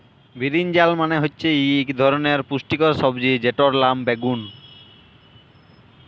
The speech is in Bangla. বিরিনজাল মালে হচ্যে ইক ধরলের পুষ্টিকর সবজি যেটর লাম বাগ্যুন